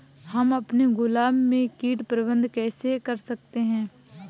हम अपने गुलाब में कीट प्रबंधन कैसे कर सकते है?